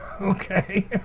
Okay